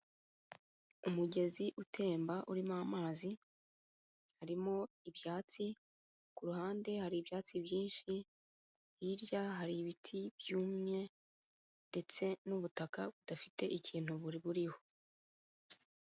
Umugezi utemba urimo amazi, harimo ibyatsi, ku ruhande hari ibyatsi byinshi, hirya hari ibiti byumye, ndetse n'ubutaka budafite ikintu buriho.